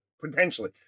potentially